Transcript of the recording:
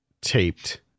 taped